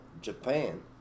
Japan